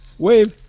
wave,